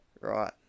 Right